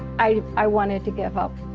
i i wanted to give up.